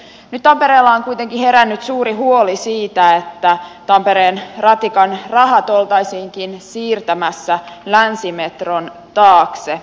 nyt tampereella on kuitenkin herännyt suuri huoli siitä että tampereen ratikan rahat oltaisiinkin siirtämässä länsimetron taakse